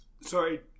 Sorry